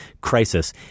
crisis